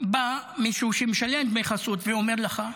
בא מישהו שמשלם דמי חסות ואומר לך: